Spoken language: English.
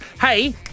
Hey